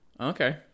Okay